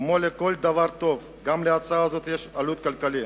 כמו לכל דבר טוב, גם להצעה הזו יש עלות כלכלית,